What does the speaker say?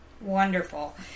Wonderful